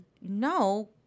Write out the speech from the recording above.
no